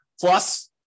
Plus